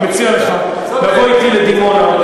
אני מציע לך לבוא אתי לדימונה.